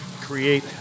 Create